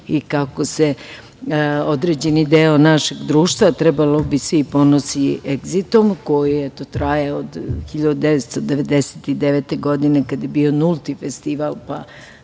i kako se određeni deo našeg društva ponosi „Egzitom“, koji je eto traje od 2000. godine, kada je bio nulti festival pa